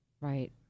Right